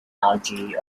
algae